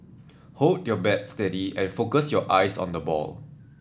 hold your bat steady and focus your eyes on the ball